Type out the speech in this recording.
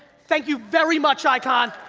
thank you very much, icon!